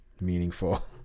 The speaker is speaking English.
meaningful –